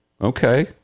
okay